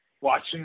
watching